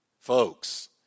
Folks